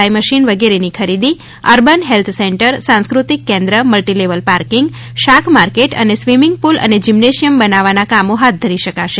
I machine વગેરેની ખરીદી urban health centre સાંસ્કૃતિક કેન્દ્ર મલ્ટિલેવલ પાર્કીંગ શાક માર્કેટ અને સ્વિમિંગ પૂલ અને જીમ્નેશિયમ બનાવવાના કામો હાથ ધરી શકાશે